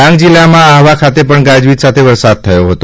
ડાંગ જિલ્લામાં આહવા ખાતે પણ ગાજવીજ સાથે વરસાદ થયો છે